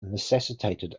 necessitated